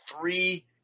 three –